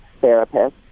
therapist